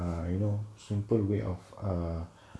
err know simple way of ah